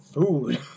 food